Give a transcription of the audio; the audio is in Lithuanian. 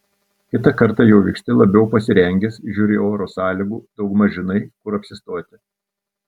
kitą kartą jau vyksti labiau pasirengęs žiūri oro sąlygų daugmaž žinai kur apsistoti